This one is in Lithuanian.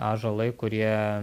ąžuolai kurie